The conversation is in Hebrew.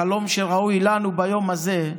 החלום שראוי לנו ביום הזה,